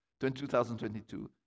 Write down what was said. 2022